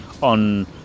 on